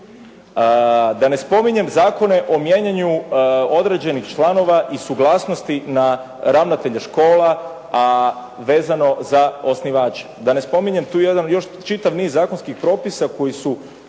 Da ne spominjem zakone o mijenjanju određenih članova i suglasnosti na ravnatelja škola, a vezano za osnivače, da ne spominjem tu jedan još čitav niz zakonskih propisa koji su